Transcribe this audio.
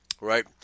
right